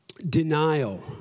denial